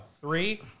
Three